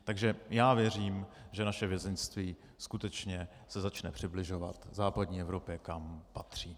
Takže věřím, že naše vězeňství se skutečně začne přibližovat západní Evropě, kam patří.